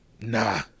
Nah